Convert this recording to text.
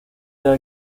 ellas